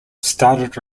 started